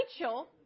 Rachel